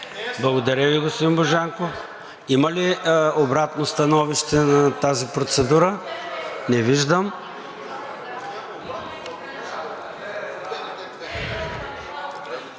Благодаря Ви, господин Божанков. Има ли обратно становище на тази процедура? Не виждам.